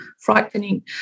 frightening